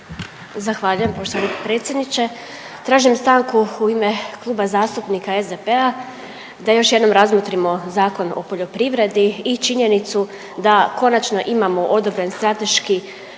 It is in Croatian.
Zahvaljujem poštovani predsjedniče. Tražim stanku u ime Kluba zastupnika SDP-a da još jednom razmotrimo Zakon o poljoprivredi i činjenicu da konačno imamo odobren strateški